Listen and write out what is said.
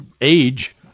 age